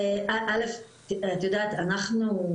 א' את יודעת אנחנו,